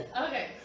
Okay